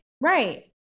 right